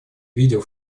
видел